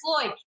Floyd